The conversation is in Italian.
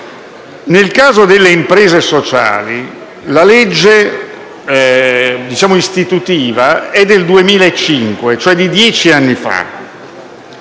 Nel caso delle imprese sociali, la legge istitutiva risale al 2005, cioè a dieci anni fa.